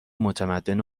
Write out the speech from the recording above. متمدن